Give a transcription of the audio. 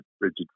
rigid